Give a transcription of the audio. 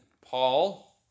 Paul